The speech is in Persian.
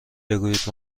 بگویید